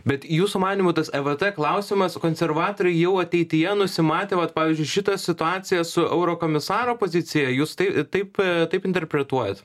bet jūsų manymu tas evt klausimas konservatoriai jau ateityje nusimatė vat pavyzdžiui šitą situaciją su eurokomisaro pozicija jūs tai taip taip interpretuojat